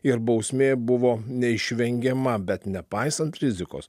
ir bausmė buvo neišvengiama bet nepaisant rizikos